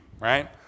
right